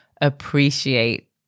appreciate